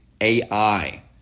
AI